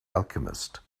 alchemist